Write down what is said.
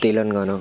Telangana